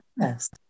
Yes